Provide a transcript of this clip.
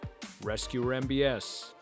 Rescuermbs